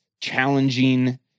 challenging